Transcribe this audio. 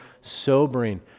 sobering